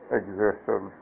existed